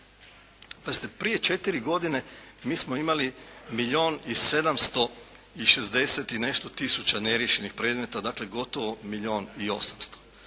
Pazite, prije četiri godine mi smo imali milijun i 760 i nešto tisuća neriješenih predmeta. Dakle, gotovo milijun i 800.